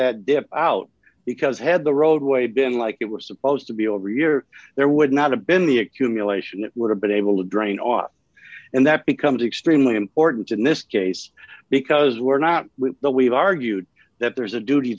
that out because had the roadway been like it was supposed to be a rear there would not have been the accumulation it would have been able to drain off and that becomes extremely important in this case because we're not that we've argued that there's a duty